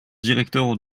directeur